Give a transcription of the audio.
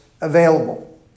available